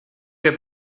que